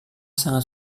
sangat